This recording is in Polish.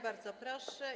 Bardzo proszę.